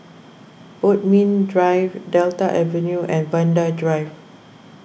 Bodmin Drive Delta Avenue and Vanda Drive